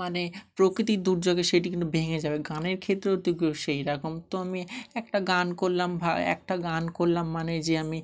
মানে প্রকৃতির দুর্যোগে সেটি কিন্তু ভেঙে যাবে গানের ক্ষেত্রেও তো কেউ সেই রকম তো আমি একটা গান করলাম একটা গান করলাম মানে যে আমি